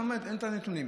אין את הנתונים.